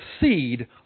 seed